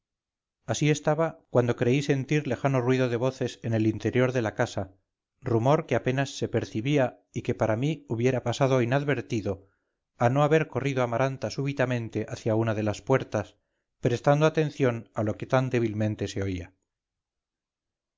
así estaba cuando creí sentir lejano ruido de voces en el interior de la casa rumor que apenas se percibía y que para mí hubiera pasado inadvertido a no haber corrido amaranta súbitamente hacia una de las puertas prestando atención a lo que tan débilmente se oía